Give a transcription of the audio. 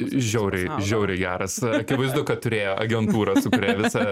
žiauriai žiauriai geras akivaizdu kad turėjo agentūrą su kuria visą